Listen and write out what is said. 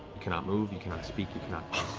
you cannot move, you cannot speak, you cannot